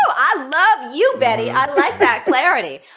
so i love you, betty. i liked that clarity.